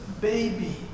baby